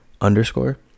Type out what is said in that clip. underscore